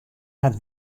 har